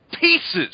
pieces